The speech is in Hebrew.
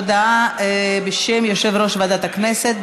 הודעה בשם יושב-ראש ועדת הכנסת.